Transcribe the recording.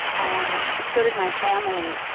um so did my family.